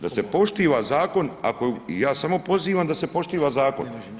Da se poštiva zakon, ako je, ja samo pozivam da se poštiva zakon.